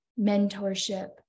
mentorship